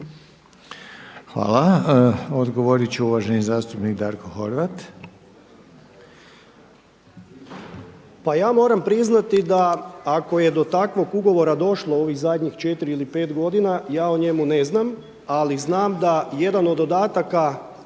Hvala. Odgovorit će uvaženi zastupnik Darko Horvat.